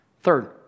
Third